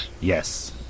Yes